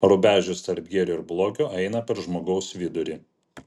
rubežius tarp gėrio ir blogio eina per žmogaus vidurį